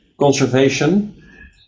conservation